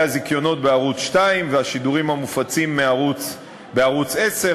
הזיכיונות בערוץ 2 והשידורים המופצים בערוץ 10,